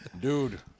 Dude